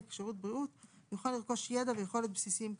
שירות בריאות יוכל לרכוש ידע ויכולות בסיסיים כאמור,